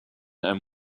and